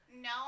No